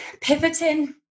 pivoting